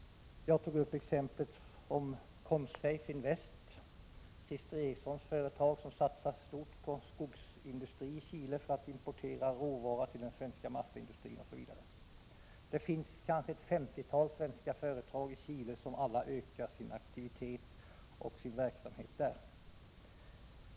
Jag tog upp exemplet Consafe Invest, Christer Ericssons företag, som satsar stort på skogsindustrin i Chile för att importera råvara till den svenska massaindustrin, osv. Det finns kanske ett femtiotal svenska företag i Chile som alla ökar sin aktivitet och verksamhet där.